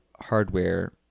hardware